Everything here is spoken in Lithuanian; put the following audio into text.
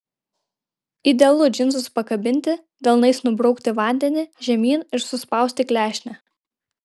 idealu džinsus pakabinti delnais nubraukti vandenį žemyn ir suspausti klešnę